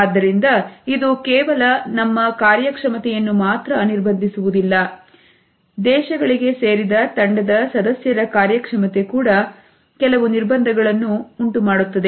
ಆದ್ದರಿಂದ ಇದು ಕೇವಲ ನಮ್ಮ ಕಾರ್ಯಕ್ಷಮತೆಯನ್ನು ಮಾತ್ರ ನಿರ್ಬಂಧಿಸುವುದಿಲ್ಲ ದೇಶಗಳಿಗೆ ಸೇರಿದ ತಂಡದ ಸದಸ್ಯರ ಕಾರ್ಯಕ್ಷಮತೆ ಕೂಡ ಕೆಲವು ನಿರ್ಬಂಧಗಳನ್ನು ಉಂಟುಮಾಡುತ್ತದೆ